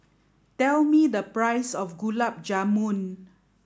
tell me the price of Gulab Jamun